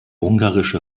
ungarische